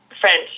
French